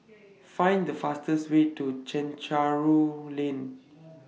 Find The fastest Way to Chencharu Lane